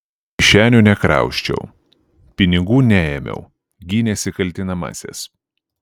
kišenių nekrausčiau pinigų neėmiau gynėsi kaltinamasis